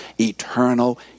eternal